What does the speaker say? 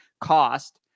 cost